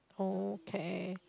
okay